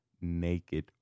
naked